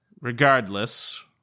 Regardless